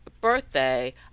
birthday